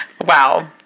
Wow